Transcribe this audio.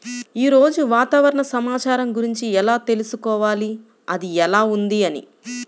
ఈరోజు వాతావరణ సమాచారం గురించి ఎలా తెలుసుకోవాలి అది ఎలా ఉంది అని?